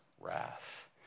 wrath